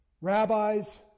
rabbis